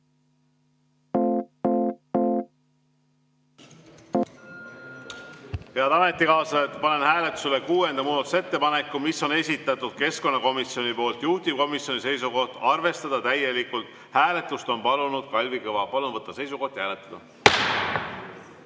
Head ametikaaslased, panen hääletusele kuuenda muudatusettepaneku, mis on esitatud keskkonnakomisjoni poolt, juhtivkomisjoni seisukoht on arvestada täielikult. Hääletust on palunud Kalvi Kõva. Palun võtta seisukoht ja hääletada!